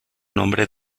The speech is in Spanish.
nombre